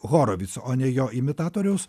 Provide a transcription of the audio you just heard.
horovico o ne jo imitatoriaus